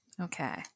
Okay